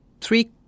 three